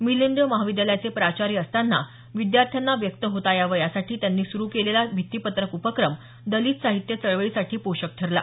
मिलिंद महाविद्यालयाचे प्राचार्य असताना विद्यार्थ्यांना व्यक्त होता यावं यासाठी त्यांनी सुरू केलेला भित्तीपत्रक उपक्रम दलित साहित्य चळवळीसाठी पोषक ठरला